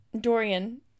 Dorian